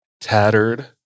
tattered